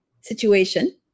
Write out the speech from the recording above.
situation